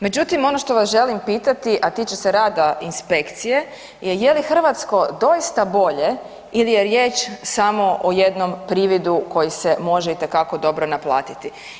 Međutim, ono što vas želim pitati, a tiče se rada inspekcije je je li hrvatsko doista bolje ili je riječ samo o jednom prividu koji se može itekako dobro naplatiti?